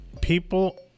people